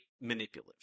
manipulative